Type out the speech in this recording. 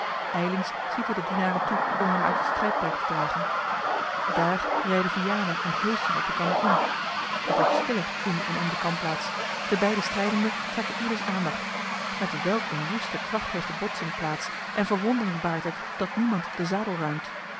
ijlings schieten de dienaren toe om hem uit het strijdperk te dragen daar rijden vianen en heusden op elkander in t wordt stiller in en om de kampplaats de beide strijdenden trekken ieders aandacht met welk eene woeste kracht heeft de botsing plaats en verwondering baart het dat niemand den zadel ruimt